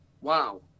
wow